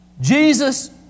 Jesus